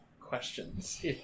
questions